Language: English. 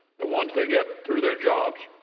the ones they get through their jobs.